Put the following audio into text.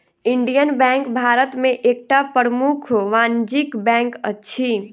Indian bank Bharat में एकटा प्रमुख वाणिज्य बैंक अछि